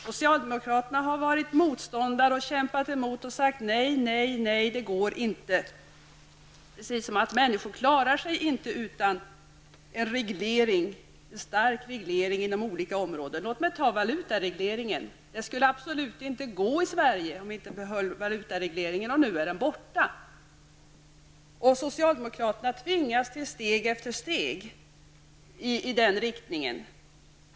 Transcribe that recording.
Socialdemokraterna har varit motståndare till detta och kämpat emot gång på gång och sagt att det inte går, precis som om människor inte klarar sig utan en stark reglering inom olika områden. Jag skall som exempel ta upp valutareglerlingen. Det sades tidigare att det inte skulle vara möjligt att ta bort valutaregleringen i Sverige. Men nu är den borta. Och socialdemokraterna tvingas till steg efter steg i den riktningen.